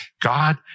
God